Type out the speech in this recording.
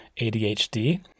ADHD